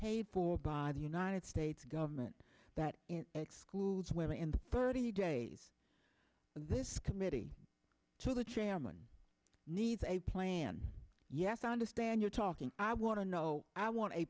paid for by the united states government that excludes women and thirty days of this committee so the chairman needs a plan yet founder stan you're talking i want to know i want a